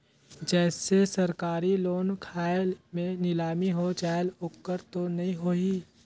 जैसे सरकारी लोन खाय मे नीलामी हो जायेल ओकर तो नइ होही?